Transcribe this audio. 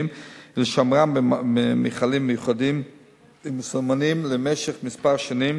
ולשומרן במכלים מיוחדים ומסומנים למשך שנים,